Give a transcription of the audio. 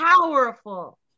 Powerful